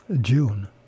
June